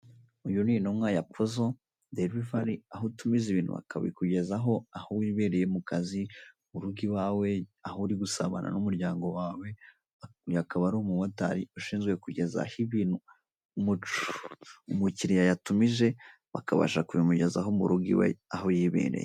Uyu ni intumwa ya puzo derivari aho utumiza ibintu bakabikugezaho aho wibereye mu kazi, mu rugo iwawe, aho urigusabana n'umuryango wawe, uyu akaba ari umumotari ushinzwe kugezaho ibintu umukiriya yatumije bakabasha kubimugezaho mu rugo iwe aho yibereye.